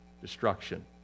Destruction